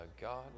God